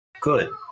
good